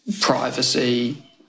privacy